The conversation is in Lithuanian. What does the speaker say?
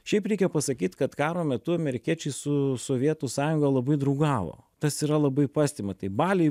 šiaip reikia pasakyt kad karo metu amerikiečiai su sovietų sąjunga labai draugavo tas yra labai pastebima tai baliai